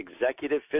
executive